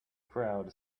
crowd